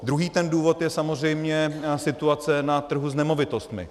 Druhý důvod je samozřejmě situace na trhu s nemovitostmi.